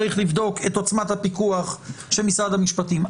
צריך לבדוק את עוצמת הפיקוח של משרד המשפטים.